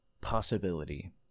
possibility